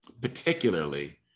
particularly